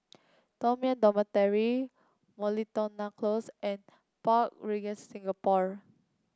Toh Dormitory Miltonia Close and Park Regis Singapore